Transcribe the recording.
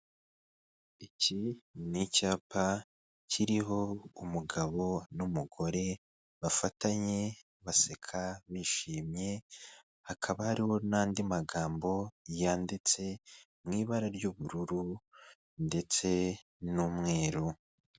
Iki ni icyapa kiriho umugabo n'umugore bafatanye, baseka, bishimye; hakaba hariho n'andi magambo yanditse mu ibara ry'ubururu ndetse n'umweru.